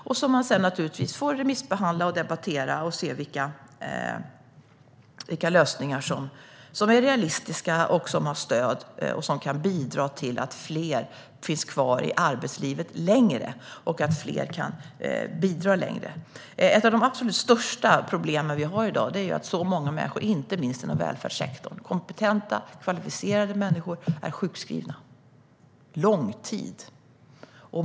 Sedan får man naturligtvis remissbehandla, debattera och se vilka lösningar som är realistiska, har stöd och kan bidra till att fler stannar längre i arbetslivet och kan bidra längre. Ett av de absolut största problemen vi har i dag är att så många människor, inte minst inom välfärdssektorn - kompetenta, kvalificerade människor - är sjukskrivna på långtid.